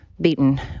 beaten